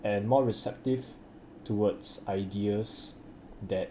and more receptive towards ideas that